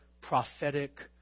prophetic